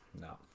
No